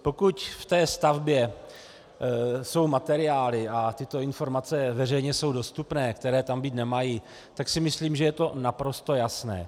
Pokud v té stavbě jsou materiály, a tyto informace veřejně jsou dostupné, které tam být nemají, tak si myslím, že je to naprosto jasné.